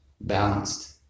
balanced